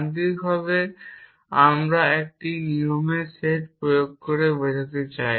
যান্ত্রিকভাবে আমরা একটি নিয়মের সেট প্রয়োগ করে বোঝাতে চাই